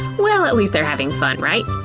well, at least they're having fun, right?